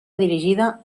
dirigida